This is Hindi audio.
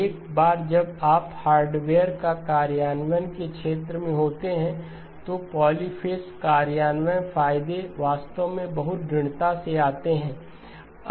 एक बार जब आप हार्डवेयर कार्यान्वयन के क्षेत्र में होते हैं तो पॉलीपेज कार्यान्वयन के फायदे वास्तव में बहुत दृढ़ता से आते हैं